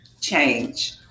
change